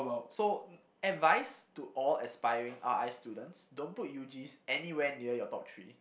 so advice to all aspiring R_I students don't put U_Gs anywhere near your top three